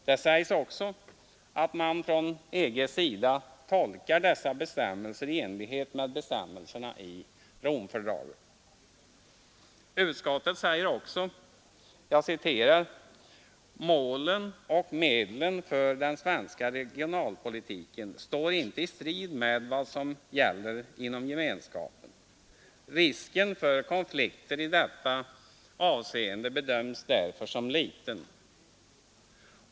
Det sägs också att man från EG:s sida tolkar dessa bestämmelser i enlighet med bestämmelserna i Romfördraget. Utskottet säger också: ”Målen och medlen för den svenska regionalpolitiken står inte i strid med vad som gäller inom gemenskapen. Risken för konflikter i detta avseende bedöms därför som liten.